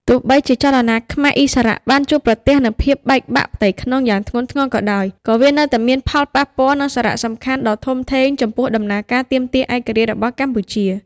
ទោះបីជាចលនាខ្មែរឥស្សរៈបានជួបប្រទះនូវភាពបែកបាក់ផ្ទៃក្នុងយ៉ាងធ្ងន់ធ្ងរក៏ដោយ ក៏វានៅតែមានផលប៉ះពាល់ និងសារៈសំខាន់ដ៏ធំធេងចំពោះដំណើរការទាមទារឯករាជ្យរបស់កម្ពុជា។